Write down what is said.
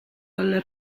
alla